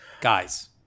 guys